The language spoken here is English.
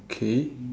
okay